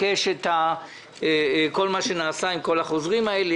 נבקש לדעת את כל מה שנעשה עם כל החוזרים האלה.